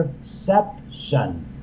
perception